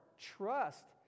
Trust